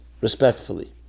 respectfully